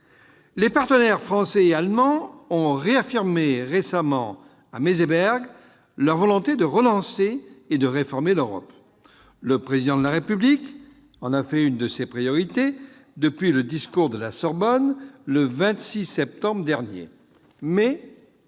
Les partenaires français et allemand ont réaffirmé récemment, à Meseberg, leur volonté de relancer et de réformer l'Europe. Le Président de la République en a fait une de ses priorités depuis le discours de la Sorbonne, le 26 septembre dernier. Mais